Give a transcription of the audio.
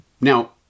Now